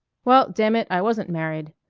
well, damn it, i wasn't married.